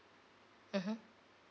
mmhmm